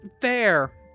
Fair